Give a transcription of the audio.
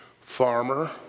farmer